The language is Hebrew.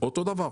אותו דבר.